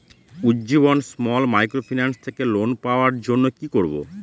Ujjivan small microfinance থেকে loan পাওয়ার জন্য কি করব?